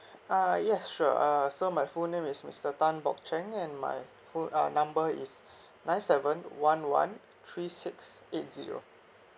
uh yes sure uh so my full name is mister tan bock cheng and my phone uh number is nine seven one one three six eight zero